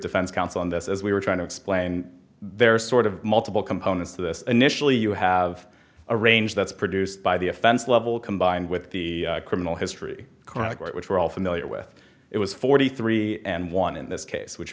defense counsel on this as we were trying to explain and there are sort of multiple components to this initially you have a range that's produced by the offense level combined with the criminal history going to court which we're all familiar with it was forty three and one in this case which